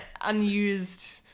unused